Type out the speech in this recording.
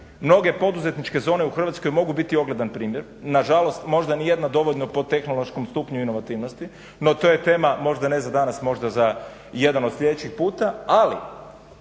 Mnoge poduzetničke zone u Hrvatskoj mogu biti ogledan primjer, nažalost možda nijedna dovoljno po tehnološkom stupnju inovativnosti, no to je tema možda ne za danas, možda za jedan od sljedećih puta, ali